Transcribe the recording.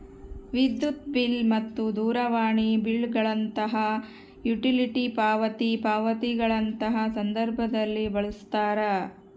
ವಿದ್ಯುತ್ ಬಿಲ್ ಮತ್ತು ದೂರವಾಣಿ ಬಿಲ್ ಗಳಂತಹ ಯುಟಿಲಿಟಿ ಪಾವತಿ ಪಾವತಿಗಳಂತಹ ಸಂದರ್ಭದಲ್ಲಿ ಬಳಸ್ತಾರ